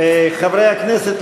2015. חברי הכנסת,